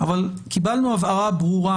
אבל קיבלנו הבהרה ברורה,